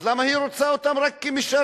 אז למה היא רוצה אותם רק כמשרתים?